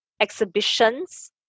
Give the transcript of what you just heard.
exhibitions